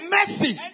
Mercy